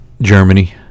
Germany